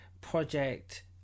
project